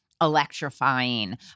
electrifying